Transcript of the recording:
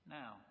now